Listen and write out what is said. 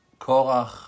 Korach